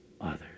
others